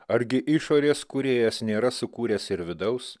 argi išorės kūrėjas nėra sukūręs ir vidaus